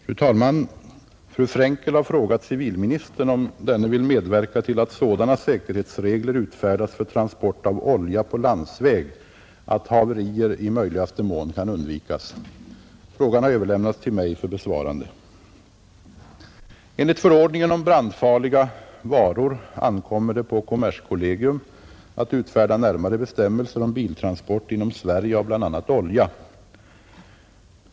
Fru talman! Fru Frenkel har frågat civilministern, om denne vill medverka till att sådana säkerhetsregler utfärdas för transport av olja på landsväg, att haverier i möjligaste mån kan undvikas. Frågan har överlämnats till mig för besvarande. Enligt förordningen om brandfarliga varor ankommer det på kommerskollegium att utfärda närmare bestämmelser om biltransport inom Sverige av bl.a. olja.